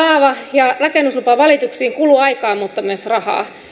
kaava ja rakennuslupavalituksiin kuluu aikaa mutta myös rahaa